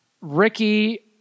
Ricky